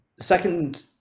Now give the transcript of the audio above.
second